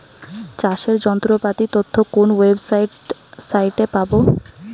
চাষের যন্ত্রপাতির তথ্য কোন ওয়েবসাইট সাইটে পাব?